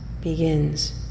begins